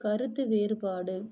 கருத்து வேறுபாடு